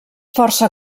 força